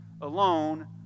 alone